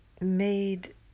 made